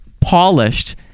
polished